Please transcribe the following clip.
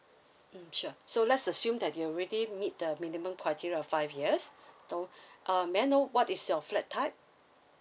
mm sure so let's assume that you already meet the minimum criteria of five years so um may I know what is your flat type